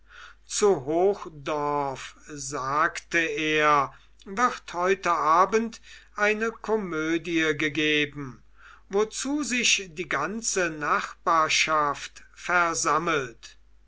zu hochdorf sagte er wird heute abend eine komödie gegeben wozu sich die ganze nachbarschaft versammelt